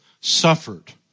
suffered